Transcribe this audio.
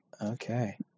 okay